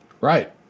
right